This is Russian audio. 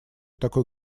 такой